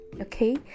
okay